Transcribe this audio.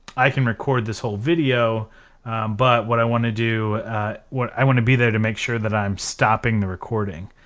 i can record this whole video but what i want to do what i want to be there to make sure that i'm stopping the recording.